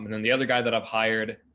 then the other guy that i've hired,